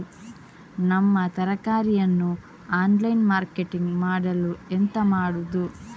ನಮ್ಮ ತರಕಾರಿಯನ್ನು online marketing ಮಾಡಲು ಎಂತ ಮಾಡುದು?